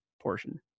portion